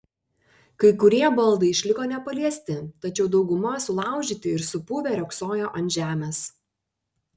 kai kurie baldai išliko nepaliesti tačiau dauguma sulaužyti ir supuvę riogsojo ant žemės